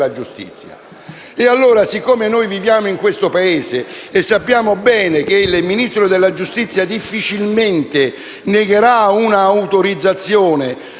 quest'ultimo? Siccome viviamo in questo Paese e sappiamo bene che il Ministro della giustizia difficilmente negherà un'autorizzazione,